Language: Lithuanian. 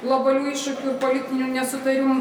globalių iššūkių ir politinių nesutarimų